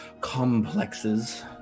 complexes